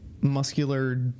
muscular